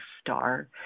star